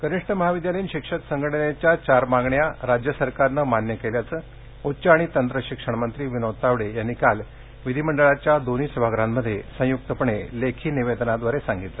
कनिष्ठ महाविद्यालयीन शिक्षक संघटनेच्या चार मागण्या राज्य सरकारनं मान्य केल्याचं उच्च आणि तंत्र शिक्षण मंत्री विनोद तावडे यांनी काल विधी मंडळाच्या दोन्ही सभागृहांमध्ये संयक्तपणे लेखी निवेदनाद्वारे सांगितलं